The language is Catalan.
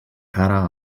cara